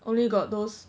only got those